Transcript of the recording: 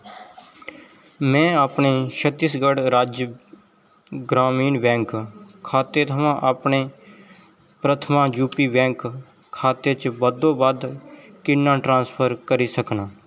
में अपने छत्तीसगढ़ राज्य ग्रामीण बैंक खाते थमां अपने प्रथम यूपी बैंक खाते च बद्धोबद्ध किन्ना ट्रांसफर करी सकनां